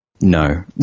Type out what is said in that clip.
No